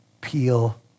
peel